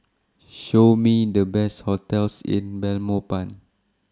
Show Me The Best hotels in Belmopan